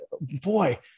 boy